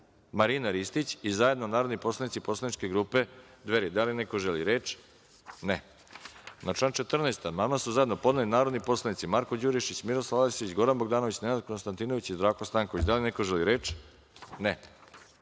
Sreto Perić i zajedno narodni poslanici poslaničke grupe Dveri. Da li neko želi reč? (Ne)Na član 13. amandman su zajedno podneli narodni poslanici Marko Đurišić, Miroslav Aleksić, Goran Bogdanović, Nenad Konstatinović i Zdravko Stanković. Da li neko želi reč?